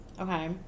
Okay